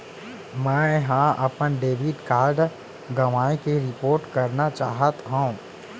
मै हा अपन डेबिट कार्ड गवाएं के रिपोर्ट करना चाहत हव